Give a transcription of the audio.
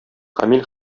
камил